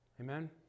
Amen